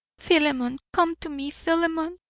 philemon! come to me, philemon!